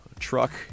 truck